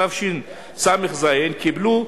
משרד מבקר המדינה רואה